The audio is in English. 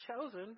chosen